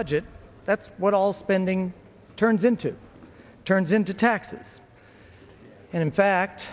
budget that's what all spending turns into turns into taxes and in fact